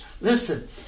listen